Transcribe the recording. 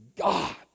God